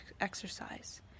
exercise